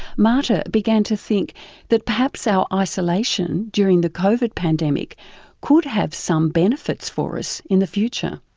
marta began to think that perhaps our isolation during the covid pandemic could have some benefits for us in the future.